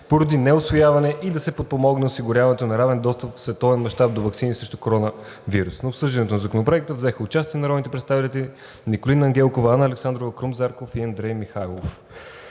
поради неусвояване и да се подпомогне осигуряването на равен достъп в световен мащаб до ваксини срещу коронавирус. В обсъждането на Законопроекта взеха участие народните представители Николина Ангелкова, Анна Александрова, Крум Зарков и Андрей Михайлов.